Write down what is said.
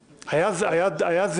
לא, לא, לא.